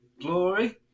glory